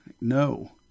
No